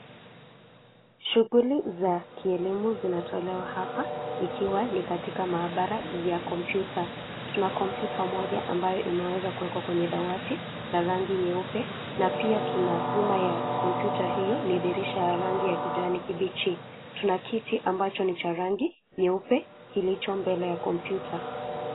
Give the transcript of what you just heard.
Shughuli za kielimu zinatolewa hapa ikiwa ni katika maabara ya kompyuta. Tuna kompyuta moja ambayo imeweza kuwekwa kwenye dawati ya rangi nyeupe na pia tuna nyuma ya kompyuta hio ni dirisha la rangi ya kijani kibichi. Tuna kiti ambacho ni cha rangi nyeupe kilicho mbele ya kompyuta.